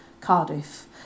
Cardiff